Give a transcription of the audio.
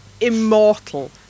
immortal